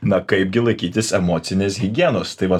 na kaipgi laikytis emocinės higienos tai va